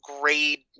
grade